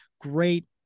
great